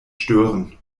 stören